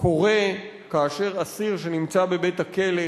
קורה כאשר אסיר שנמצא בבית-הכלא,